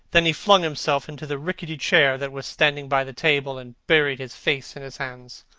then he flung himself into the rickety chair that was standing by the table and buried his face in his hands.